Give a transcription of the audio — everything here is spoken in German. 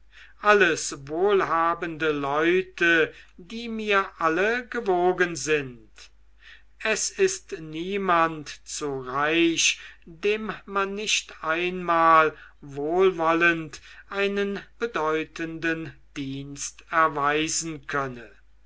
alles wohlhabende leute die mir alle gewogen sind es ist niemand zu reich dem man nicht einmal wohlwollend einen bedeutenden dienst erweisen könne